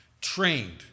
trained